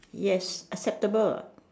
yes acceptable